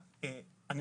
בוקר טוב לכולם.